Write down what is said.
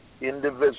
indivisible